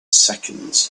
seconds